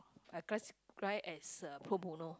I classify as uh pro bono